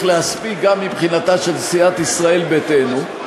להספיק גם מבחינתה של סיעת ישראל ביתנו.